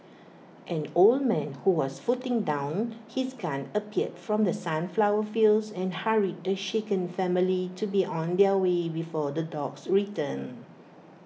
an old man who was putting down his gun appeared from the sunflower fields and hurried the shaken family to be on their way before the dogs return